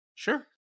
Sure